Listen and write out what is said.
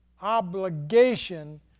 obligation